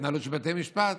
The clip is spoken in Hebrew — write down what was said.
ההתנהלות של בתי המשפט.